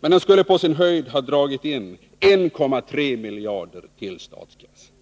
Men den skulle på sin höjd ha dragit in 1,3 miljarder till statskassan.